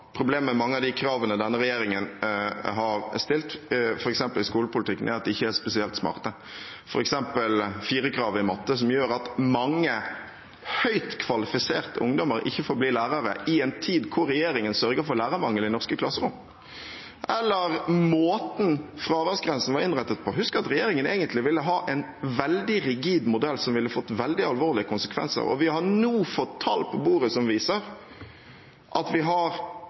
Problemet med mange av de kravene denne regjeringen har stilt, f.eks. i skolepolitikken, er at de ikke er spesielt smarte, f.eks. firerkravet i matematikk, som gjør at mange høyt kvalifiserte ungdommer ikke får bli lærere i en tid da regjeringen sørger for lærermangel i norske klasserom, eller måten fraværsgrensen var innrettet på. Husk at regjeringen egentlig ville ha en veldig rigid modell, som ville fått veldig alvorlige konsekvenser. Vi har nå fått tall på bordet som viser at